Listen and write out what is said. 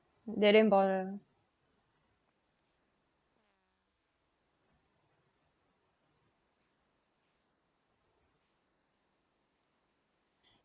they didn't bother